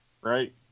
right